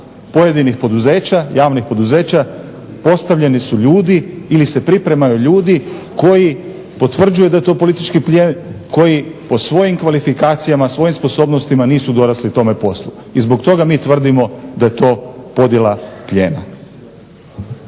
pojedinih poduzeća, javnih poduzeća postavljeni su ljudi ili se pripremaju ljudi koji potvrđuju da je to politički plijen, koji po svojim kvalifikacijama, svojim sposobnostima nisu dorasli tome poslu. I zbog toga mi tvrdimo da je to podjela plijena.